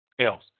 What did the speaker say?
else